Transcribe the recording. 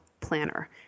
planner